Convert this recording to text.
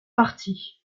partit